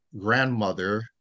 grandmother